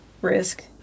risk